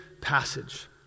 passage